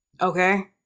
okay